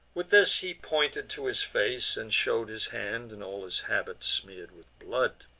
with this he pointed to his face, and show'd his hand and all his habit smear'd with blood.